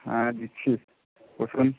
হ্যাঁ দিচ্ছি বসুন